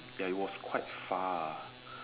ya it was quite far ah